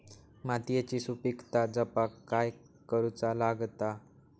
मातीयेची सुपीकता जपाक काय करूचा लागता?